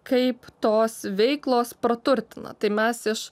kaip tos veiklos praturtina tai mes iš